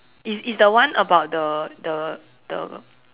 it's it's the one about the the the